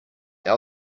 our